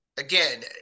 Again